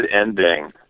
ending